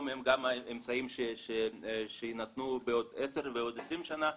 הם גם האמצעים שיינתנו בעוד עשר ועוד עשרים שנה,